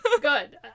Good